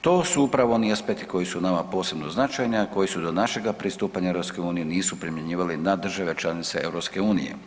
To su upravo oni aspekti koji su nama posebno značajni, a koji su do našega pristupanja EU nisu primjenjivali na države članice EU.